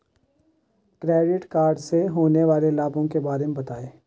Credit card से होने वाले लाभों के बारे में बताएं?